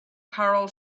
carol